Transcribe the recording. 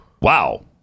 wow